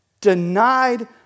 denied